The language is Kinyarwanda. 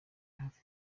hafi